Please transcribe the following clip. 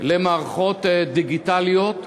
למערכות דיגיטליות.